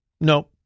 No